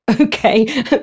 okay